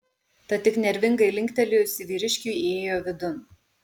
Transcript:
tad tik nervingai linktelėjusi vyriškiui įėjo vidun